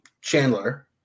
Chandler